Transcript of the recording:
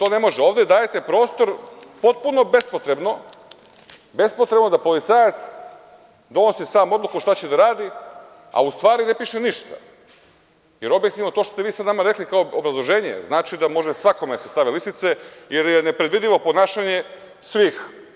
Ovde dajte prostor potpuno bespotrebno da policajac donosi sam odluku šta će da radi, a u stvari ne piše ništa, jer objektivno, to što ste vi sada nama rekli kao obrazloženje znači da mogu svakome da se stave lisice, jer je nepredvidivo ponašanje svih.